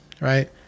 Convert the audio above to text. right